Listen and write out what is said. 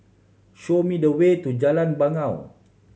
show me the way to Jalan Bangau